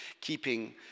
keeping